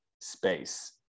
space